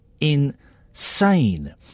insane